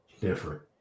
different